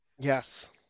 Yes